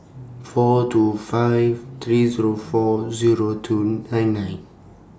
four two five three Zero four Zero two nine nine